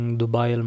dubai